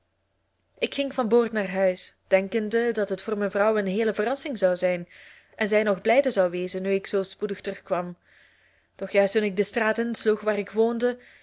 ik ging van boord naar huis denkende dat het voor mijn vrouw een heele verrassing zoude zijn en zij nog blijde zou wezen nu ik zoo spoedig terugkwam doch juist toen ik de straat insloeg waar ik woonde